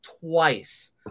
twice